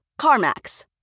CarMax